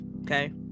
okay